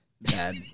bad